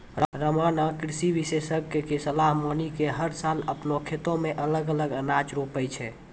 रामा नॅ कृषि विशेषज्ञ के सलाह मानी कॅ हर साल आपनों खेतो मॅ अलग अलग अनाज रोपै छै